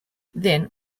then